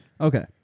Okay